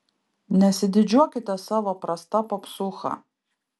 nesididžiuokite savo prasta popsūcha